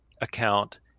account